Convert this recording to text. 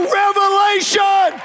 revelation